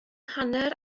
hanner